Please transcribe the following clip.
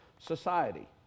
society